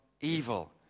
evil